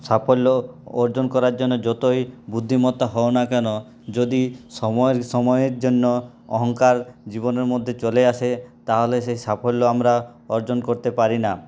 সাফল্য অর্জন করার জন্য যতই বুদ্ধিমত্তা হও না কেন যদি সময়ের জন্য অহংকার জীবনের মধ্যে চলে আসে তাহলে সেই সাফল্য আমরা অর্জন করতে পারি না